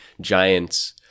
giants